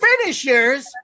finishers